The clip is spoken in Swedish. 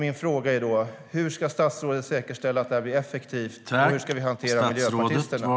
Mina frågor är: Hur ska statsrådet säkerställa att detta blir effektivt? Och hur ska vi hantera miljöpartisterna?